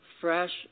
fresh